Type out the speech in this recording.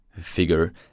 figure